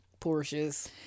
Porsches